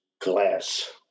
glass